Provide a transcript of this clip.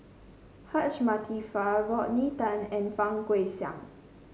Hajjah Fatimah Rodney Tan and Fang Guixiang